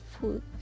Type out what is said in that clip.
food